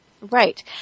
Right